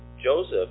Joseph